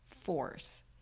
force